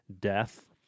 death